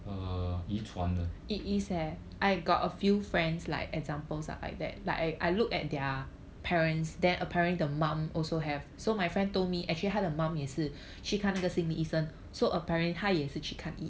uh 遗传的